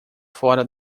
fora